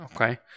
Okay